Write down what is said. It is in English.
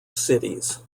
cities